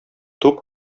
туп